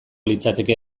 litzateke